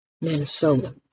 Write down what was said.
Minnesota